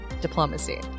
Diplomacy